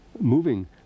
moving